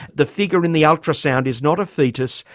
the figure in the ultrasound is not a foetus,